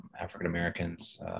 African-Americans